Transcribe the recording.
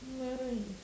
nice